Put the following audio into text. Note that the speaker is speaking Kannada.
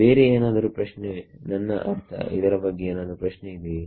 ಬೇರೆ ಏನಾದರು ಪ್ರಶ್ನೆ ನನ್ನ ಅರ್ಥ ಇದರ ಬಗ್ಗೆ ಏನಾದರು ಪ್ರಶ್ನೆಯಿದೆಯೇ